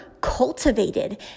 cultivated